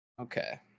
Okay